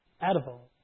edible